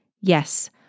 Yes